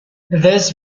this